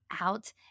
out